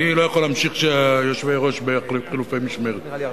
אני לא יכול להמשיך כשיושבי-הראש בחילופי משמרת.